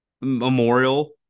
memorial